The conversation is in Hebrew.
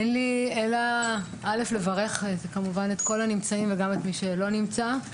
אין לי אלא לברך את כל הנמצאים וגם את מי שלא נמצא.